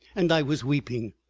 and i was weeping,